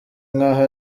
nkaho